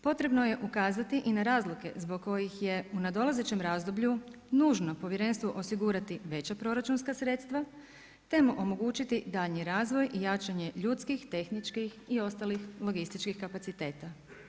Potrebno je ukazati i na razlike zbog kojih je u nadolazećem razdoblju nužno povjerenstvu osigurati veća proračunska sredstva, te mu omogućiti daljnji razvoj i jačanje ljudskih, tehničkih i ostalih logističkih kapaciteta.